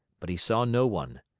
but he saw no one.